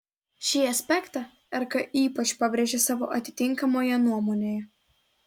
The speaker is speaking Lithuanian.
šį aspektą rk ypač pabrėžė savo atitinkamoje nuomonėje